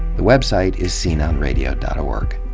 the website is sceneonradio dot org.